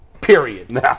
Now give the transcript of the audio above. period